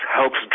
helps